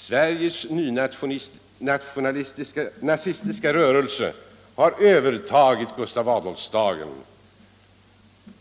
Sveriges nynazistiska rörelse har övertagit Gustav Adolfsdagen